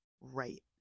right